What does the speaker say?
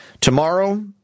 tomorrow